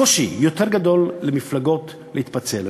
קושי יותר גדול למפלגות להתפצל.